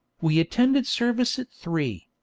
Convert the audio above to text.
we attended service at three.